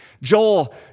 Joel